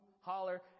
holler